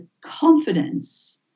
confidence